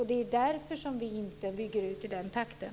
Det är därför vi inte bygger ut i den takten.